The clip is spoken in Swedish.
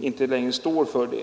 inte längre står för det.